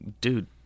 dude